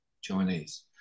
chinese